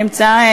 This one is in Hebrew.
שנמצא,